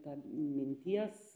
ta minties